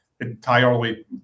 entirely